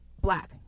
black